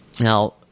Now